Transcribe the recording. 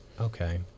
Okay